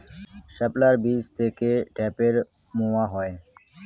শাপলার বীজ থেকে ঢ্যাপের মোয়া হয়?